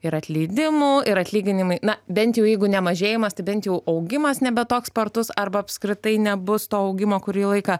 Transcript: ir atleidimų ir atlyginimai na bent jau jeigu ne mažėjimas tai bent jau augimas nebe toks spartus arba apskritai nebus to augimo kurį laiką